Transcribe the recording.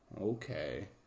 okay